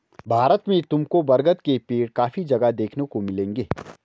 भारत में तुमको बरगद के पेड़ काफी जगह देखने को मिलेंगे